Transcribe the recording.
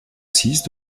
six